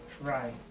Right